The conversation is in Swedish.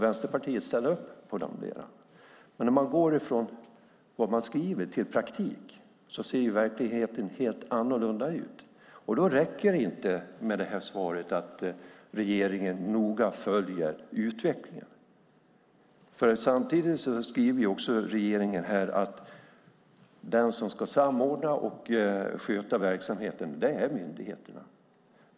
Vänsterpartiet ställer upp på de delarna. Men när vi går från vad man skriver till praktik ser verkligheten helt annorlunda ut. Då räcker det inte med svaret att regeringen noga följer utvecklingen. Regeringen skriver att den som ska samordna och sköta verksamheten är myndigheterna.